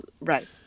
Right